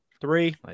Three